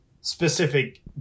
specific